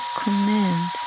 command